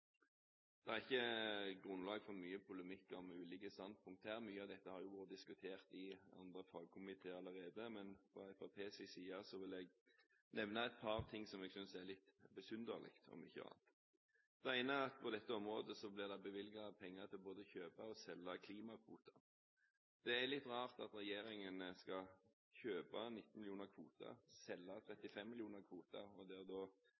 dette har vært diskutert i andre fagkomiteer allerede, men fra Fremskrittspartiets side vil jeg nevne et par ting som jeg synes er litt besynderlig, om ikke annet. Det ene er at på dette området blir det bevilget penger til både å kjøpe og selge klimakvoter. Det er litt rart at regjeringen skal kjøpe 19 millioner kvoter og selge 35 millioner kvoter, og der en statssekretær i Finansdepartementet konkluderer med at Norge må kjøpe kvoter. Det